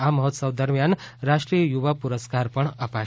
આ મહોત્સવ દરમિયાન રાષ્ટ્રીય યુવા પુરસ્કાર પણ અપાશે